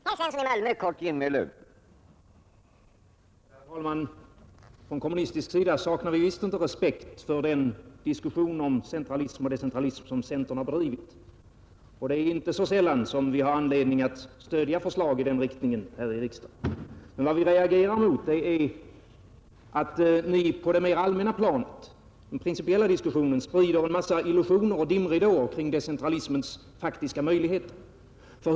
Herr talman! Från kommunistiskt håll saknar vi visst inte respekt för den diskussion om centralism och decentralism som centern bedriver, och inte sällan har vi anledning att stödja förslag i den riktningen här i riksdagen. Men vad vi reagerar mot är att ni på det mera allmänna planet, i den principiella diskussionen, sprider en massa illusioner och dimridåer kring decentralismens faktiska möjligheter.